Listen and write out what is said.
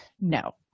No